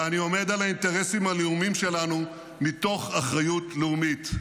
ואני עומד על האינטרסים הלאומיים שלנו מתוך אחריות לאומית.